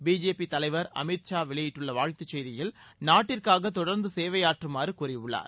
BJP தலைவர் அமித் ஷா வெளியிட்டுள்ள வாழ்த்துச் செய்தியில் நாட்டிற்காக தொடர்ந்து சேவையாற்றுமாறு கூறியுள்ளார்